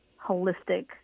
holistic